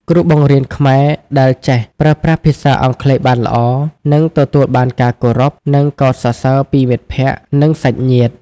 គ្រូបង្រៀនខ្មែរដែលចេះប្រើប្រាស់ភាសាអង់គ្លេសបានល្អ នឹងទទួលបានការគោរព និងកោតសរសើរពីមិត្តភក្តិ និងសាច់ញាតិ។